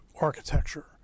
architecture